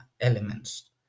elements